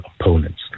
opponents